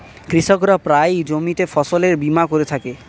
কৃষকরা প্রায়ই জমিতে ফসলের বীমা করে থাকে